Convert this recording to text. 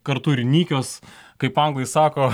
kartu ir nykios kaip anglai sako